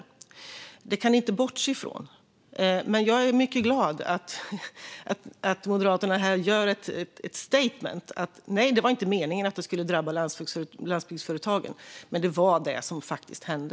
Detta kan ni inte bortse från, Kjell Jansson, men jag är mycket glad över att Moderaterna gör ett statement här om att det inte var meningen att det skulle drabba landsbygdsföretagen. Men det var vad som faktiskt hände.